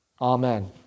Amen